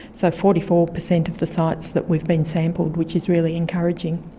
so forty four percent of the sites that we've been sampled, which is really encouraging.